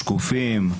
שקופים,